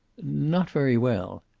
not very well.